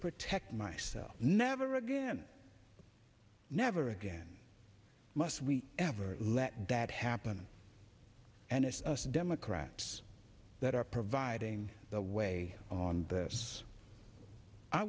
protect myself never again never again must we ever let that happen and it's us democrats that are providing the way on this i